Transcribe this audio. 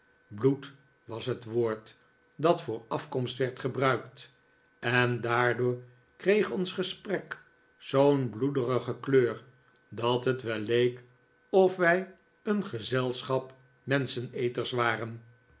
bloed was het woord dat voor afkomst werd gebruikt en daardoor kreeg ons gesprek zoo'n bloedige kleur dat het wel leek or wij een gezelschap menscheneters waren